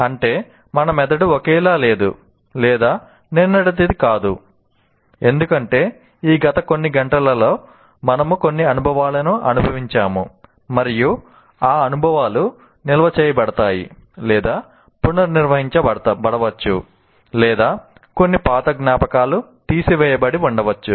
అంటే మన మెదడు ఒకేలా లేదు లేదా నిన్నటిది కాదు ఎందుకంటే ఈ గత కొన్ని గంటలలో మనము కొన్ని అనుభవాలను అనుభవించాము మరియు ఆ అనుభవాలు నిల్వ చేయబడతాయి లేదా పునర్నిర్వచించబడవచ్చు లేదా కొన్ని పాత జ్ఞాపకాలు తీసివేయబడి ఉండవచ్చు